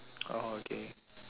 oh okay